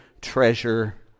treasure